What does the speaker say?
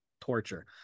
torture